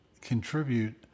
contribute